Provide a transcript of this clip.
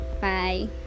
bye